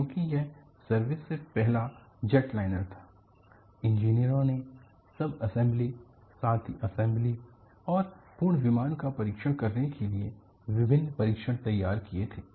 क्योंकि यह सर्विस में पहला जेटलाइनर था इंजीनियरों ने सबअसेंबली साथ ही असेंबली और पूर्ण विमान का परीक्षण करने के लिए विभिन्न परीक्षण तैयार किए थे